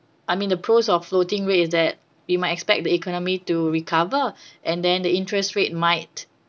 I mean the pros of floating rate is that we might expect the economy to recover and then the interest rate might